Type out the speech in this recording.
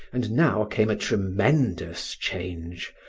and now came a tremendous change,